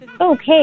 Okay